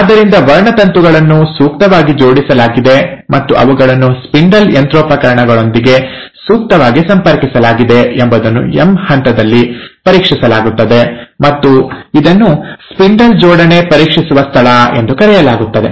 ಆದ್ದರಿಂದ ವರ್ಣತಂತುಗಳನ್ನು ಸೂಕ್ತವಾಗಿ ಜೋಡಿಸಲಾಗಿದೆ ಮತ್ತು ಅವುಗಳನ್ನು ಸ್ಪಿಂಡಲ್ ಯಂತ್ರೋಪಕರಣಗಳೊಂದಿಗೆ ಸೂಕ್ತವಾಗಿ ಸಂಪರ್ಕಿಸಲಾಗಿದೆ ಎಂಬುದನ್ನು ಎಂ ಹಂತದಲ್ಲಿ ಪರೀಕ್ಷಿಸಲಾಗುತ್ತದೆ ಮತ್ತು ಇದನ್ನು ಸ್ಪಿಂಡಲ್ ಜೋಡಣೆ ಪರೀಕ್ಷಿಸುವ ಸ್ಥಳ ಎಂದು ಕರೆಯಲಾಗುತ್ತದೆ